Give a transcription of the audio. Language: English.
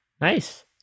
Nice